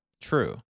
True